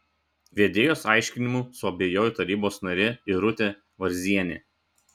vedėjos aiškinimu suabejojo tarybos narė irutė varzienė